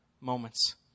moments